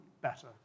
better